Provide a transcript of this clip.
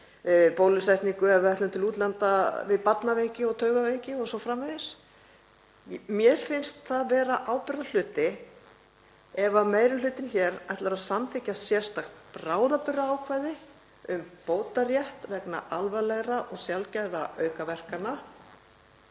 bólusetningu ef við ætluðum til útlanda við barnaveiki og taugaveiki o.s.frv. — mér finnst það vera ábyrgðarhluti ef meiri hlutinn hér ætlar að samþykkja sérstakt bráðabirgðaákvæði um bótarétt vegna alvarlegra og sjaldgæfra aukaverkana